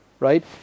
right